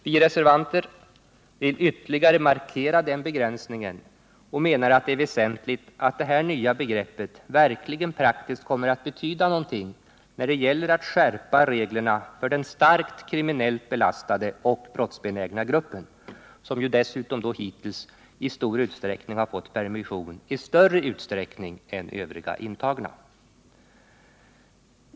Vi reservanter vill ytterligare markera denna begränsning och menar att det är väsentligt att det här nya begreppet verkligen praktiskt kommer att betyda något när det gäller att skärpa reglerna för den starkt kriminellt belastade och brottsbenägna gruppen — som dessutom hittills ofta har permission i större utsträckning än övriga intagna.